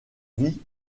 vie